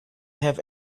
have